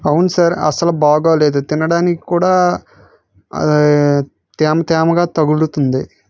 అవును సార్ అస్సలు బాగలేదు తినడానికి కూడా తేమ తేమగా తగులుతుంది